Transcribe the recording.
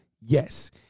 yes